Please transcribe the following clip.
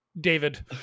David